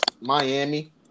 Miami